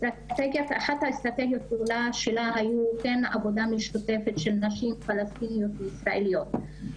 אחת האסטרטגיות שלה היו כן עבודה משותפת של נשים פלסטיניות וישראליות,